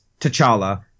T'Challa